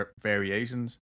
variations